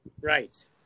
Right